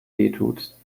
wehtut